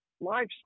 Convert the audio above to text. life's